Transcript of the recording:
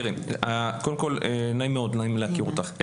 קודם כל נעים מאוד להכיר אותך.